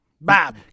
Bob